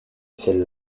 celle